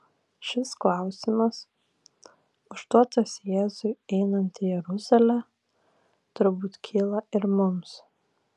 šis klausimas užduotas jėzui einant į jeruzalę turbūt kyla ir mums